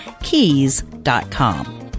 keys.com